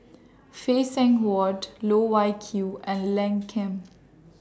Phay Seng Whatt Loh Wai Kiew and Lim Ken